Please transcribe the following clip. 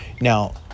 now